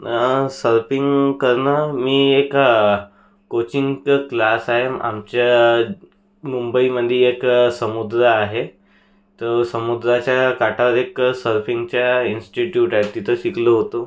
surfing करणं मी एका कोचिंगचं क्लास आहे आमच्या मुंबईमध्ये एक समुद्र आहे तो समुद्राच्या काठावर एक सरफिंगच्या इन्स्टिट्यूट आहे तिथे शिकलो होतो